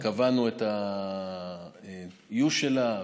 אבל קבענו את האיוש שלה,